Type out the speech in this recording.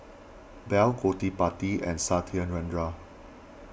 bell Gottipati and Satyendra